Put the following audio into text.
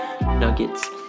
Nuggets